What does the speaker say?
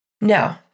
No